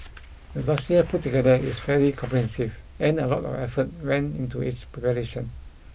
the dossier put together is fairly comprehensive and a lot of effort went into its preparation